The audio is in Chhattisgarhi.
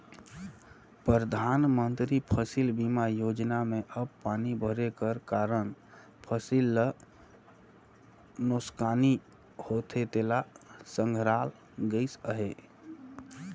परधानमंतरी फसिल बीमा योजना में अब पानी भरे कर कारन फसिल ल नोसकानी होथे तेला संघराल गइस अहे